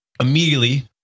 immediately